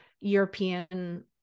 European